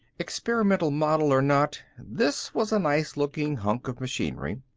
experimental model or not, this was a nice-looking hunk of machinery.